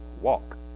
Walk